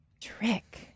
Trick